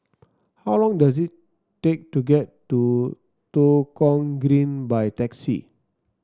how long does it take to get to Tua Kong Green by taxi